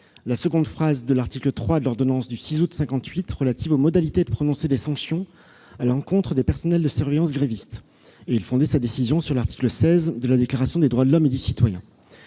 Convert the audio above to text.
la seconde phrase de l'article 3 de l'ordonnance du 6 août 1958 relative aux modalités de prononcé des sanctions à l'encontre des personnels de surveillance grévistes, sur le fondement de l'article 16 de la Déclaration des droits de l'homme et du citoyen.